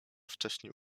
wcześniej